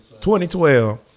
2012